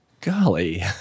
Golly